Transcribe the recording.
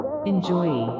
Enjoy